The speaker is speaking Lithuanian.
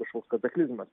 kažkoks kataklizmas